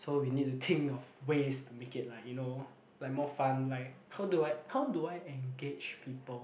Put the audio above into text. so we need to think of ways to make it like you know like more fun like how do I how do I engage people